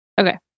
okay